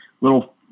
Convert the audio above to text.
little